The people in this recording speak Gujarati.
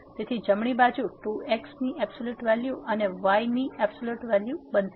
તેથી જમણી બાજુ 2 x ની એબ્સોલ્યુટ વેલ્યુ અને y ની એબ્સોલ્યુટ વેલ્યુ બનશે